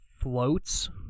floats